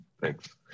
Thanks